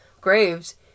graves